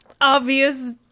obvious